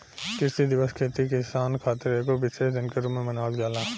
कृषि दिवस खेती किसानी खातिर एगो विशेष दिन के रूप में मनावल जाला